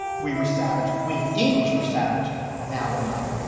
we were savage we, english were savage now we're not.